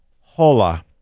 Hola